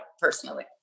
personally